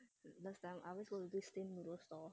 last time I always go to this same noodle stall